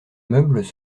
meubles